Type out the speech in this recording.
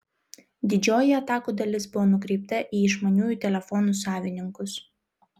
didžioji atakų dalis buvo nukreipta į išmaniųjų telefonų savininkus